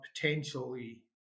potentially